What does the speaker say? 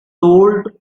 told